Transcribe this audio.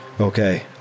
Okay